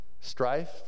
Strife